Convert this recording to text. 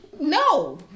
No